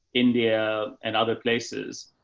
india and other places.